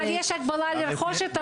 אבל יש הגבלה לרכוש את המכשיר.